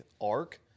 Arc